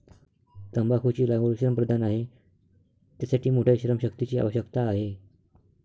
तंबाखूची लागवड श्रमप्रधान आहे, त्यासाठी मोठ्या श्रमशक्तीची आवश्यकता आहे